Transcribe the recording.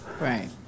Right